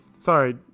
sorry